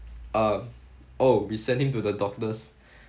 uh oh we sent him to the doctors